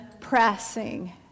pressing